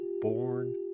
born